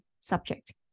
subject